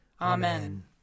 Amen